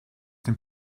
dem